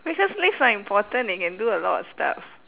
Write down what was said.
because lips are important they can do a lot of stuff